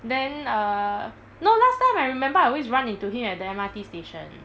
then err no last time I remember I always run into him at the M_R_T station